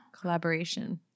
collaboration